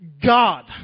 God